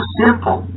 simple